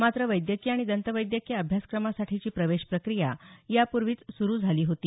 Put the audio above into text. मात्र वैद्यकीय आणि दंतवैद्यकीय अभ्यासक्रमासाठीची प्रवेश प्रक्रिया यापूर्वीच सुरु झाली होती